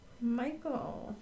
Michael